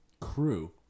crew